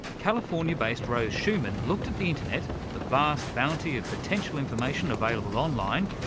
california-based rose shuman looked at the internet, the vast bounty of potential information available online,